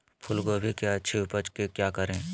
फूलगोभी की अच्छी उपज के क्या करे?